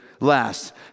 last